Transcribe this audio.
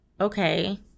okay